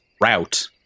route